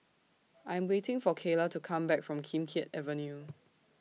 I'm waiting For Kayla to Come Back from Kim Keat Avenue